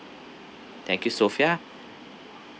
thank you sophia